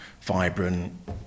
vibrant